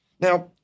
Now